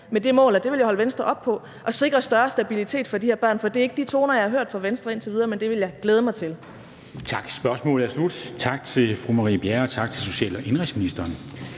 med det mål – og det vil jeg holde Venstre op på – at sikre en større stabilitet for de her børn, for det er ikke de toner, jeg har hørt fra Venstre indtil videre, men det vil jeg glæde mig til. Kl. 13:22 Formanden (Henrik Dam Kristensen): Tak. Spørgsmålet er slut. Tak til fru Marie Bjerre og tak til social- og indenrigsministeren.